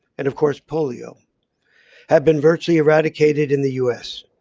and of course, polio had been virtually eradicated in the us.